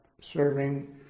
serving